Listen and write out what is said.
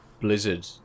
Blizzard